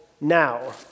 now